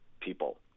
people